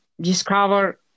discover